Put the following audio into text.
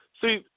See